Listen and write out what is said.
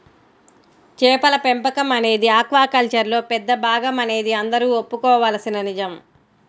చేపల పెంపకం అనేది ఆక్వాకల్చర్లో పెద్ద భాగమనేది అందరూ ఒప్పుకోవలసిన నిజం